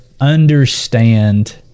understand